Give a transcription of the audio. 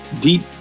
deep